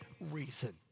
reason